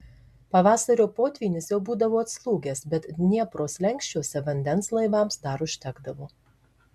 pavasario potvynis jau būdavo atslūgęs bet dniepro slenksčiuose vandens laivams dar užtekdavo